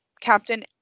Captain